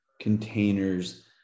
containers